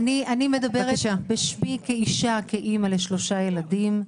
מדברת בשמי כאישה כאימא לשלושה ילדים,